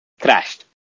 crashed